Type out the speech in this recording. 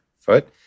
foot